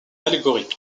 allégorie